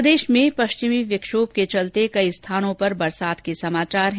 प्रदेश में पश्चिमी विक्षोभ के चलते कई स्थानों पर बरसात के समाचार हैं